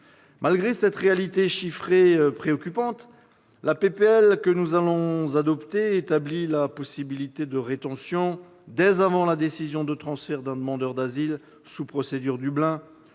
Malgré cette réalité chiffrée préoccupante, la proposition de loi que nous allons adopter établit la possibilité de rétention dès avant la décision de transfert d'un demandeur d'asile sous procédure Dublin,